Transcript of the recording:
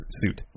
suit